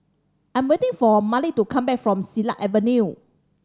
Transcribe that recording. I'm waiting for Malik to come back from Silat Avenue